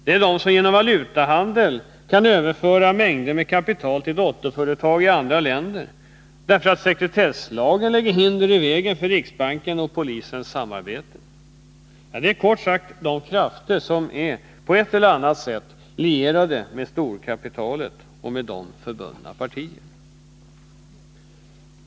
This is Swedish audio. Det är de som genom valutahandel kan överföra mängder med kapital till dotterföretag i andra länder, därför att sekretesslagen lägger hinder i vägen för riksbankens och polisens samarbete. Det är kort sagt de krafter som på ett eller annat sätt är lierade med storkapitalet och därmed förbundna partier.